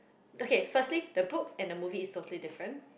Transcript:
okay firstly the book and the movie is something different